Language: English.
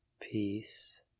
peace